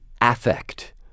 affect